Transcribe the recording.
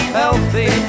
healthy